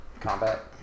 combat